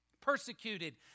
Persecuted